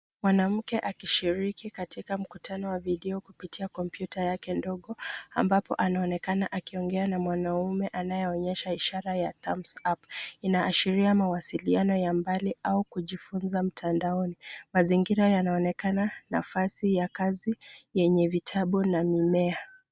Mwanamke akishiriki katika mkutano wa video kupitia kompyuta yake ndogo, ambapo anaonekana akiongea na mwanaume anayeonyesha ishara ya thumbs up . Inaashiria mawasiliano ya mbali au kujifunza mtandaoni. Mazingira yanaonekana nafasi ya kazi yenye vitabu na mimea.